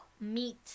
meat